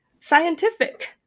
Scientific